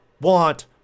want